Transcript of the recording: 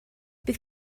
bydd